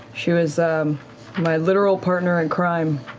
she was my literal partner in crime